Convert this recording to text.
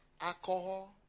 alcohol